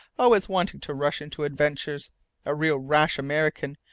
always wanting to rush into adventures a real rash american,